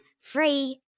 free